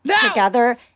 together